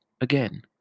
again